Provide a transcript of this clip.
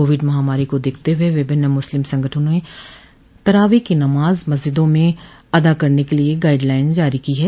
Covid महामारी को देखते हुए विभिन्न मुस्लिम संगठनों ने तरावी की नमाज मस्जिदों में अदा करने के लिए गाइडलाइन जारी की है